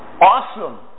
awesome